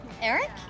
Eric